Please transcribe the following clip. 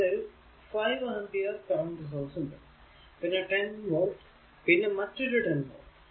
ഇവിടെ ഒരു 5 ampere current source ഉണ്ട് പിന്നെ 10 വോൾട് പിന്നെ വേറൊരു 10 വോൾട്